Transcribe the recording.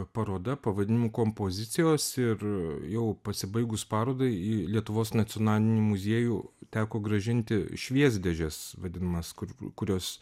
paroda pavadinimu kompozicijos ir jau pasibaigus parodai į lietuvos nacionalinį muziejų teko grąžinti šviesdėžes vadinamas kur kurios